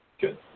Good